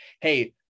Hey